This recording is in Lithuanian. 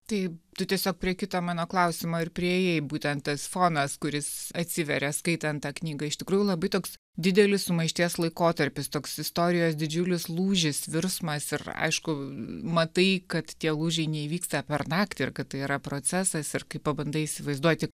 tai tu tiesiog prie kito mano klausimo ir priėjai būtent tas fonas kuris atsiveria skaitant tą knygą iš tikrųjų labai toks didelis sumaišties laikotarpis toks istorijos didžiulis lūžis virsmas ir aišku matai kad tie lūžiai neįvyksta per naktį ir kad tai yra procesas ir kai pabandai įsivaizduoti